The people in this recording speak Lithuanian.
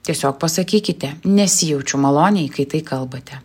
tiesiog pasakykite nesijaučiu maloniai kai tai kalbate